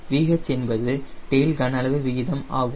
VH என்பது tail கன அளவு விகிதம் ஆகும்